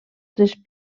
tres